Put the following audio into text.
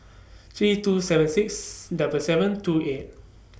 three two seven six double seven two eight